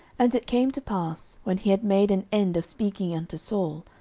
and it came to pass, when he had made an end of speaking unto saul,